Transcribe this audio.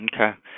Okay